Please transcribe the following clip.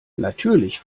natürlich